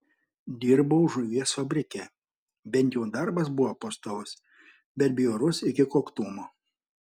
dirbau žuvies fabrike bent jau darbas buvo pastovus bet bjaurus iki koktumo